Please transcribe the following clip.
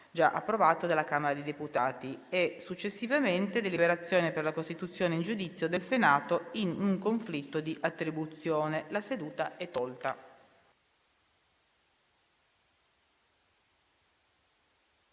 (approvato dalla Camera dei deputati) (937) II. Deliberazione per la costituzione in giudizio del Senato in un conflitto di attribuzione La seduta è tolta